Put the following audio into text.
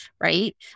right